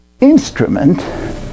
instrument